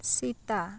Sita